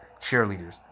cheerleaders